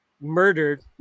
murdered